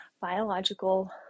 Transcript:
Biological